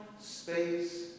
space